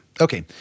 Okay